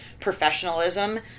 professionalism